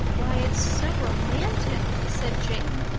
why, it's so romantic! said jane,